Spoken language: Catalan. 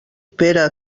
pere